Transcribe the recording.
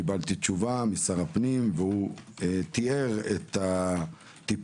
קיבלתי תשובה משר הפנים והוא תיאר את הטיפול,